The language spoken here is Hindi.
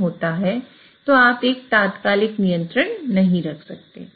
होता है तो आप एक तात्कालिक नियंत्रण नहीं रख सकते हैं